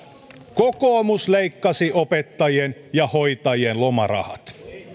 kokoomus leikkasi opettajien ja hoitajien lomarahat